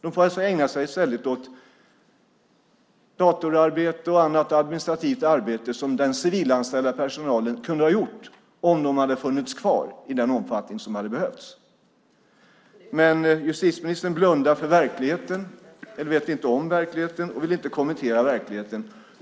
De får i stället ägna sig åt datorarbete och annat administrativt arbete som den civilanställda personalen kunde ha gjort om den hade funnits kvar i den omfattning som hade behövts. Men justitieministern blundar för verkligheten, eller vet inte om verkligheten och vill inte kommentera verkligheten.